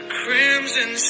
crimson